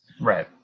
Right